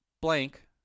blank